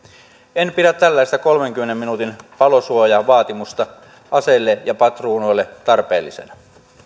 en pidä tällaista kolmenkymmenen minuutin palosuojavaatimusta aseille ja patruunoille tarpeellisena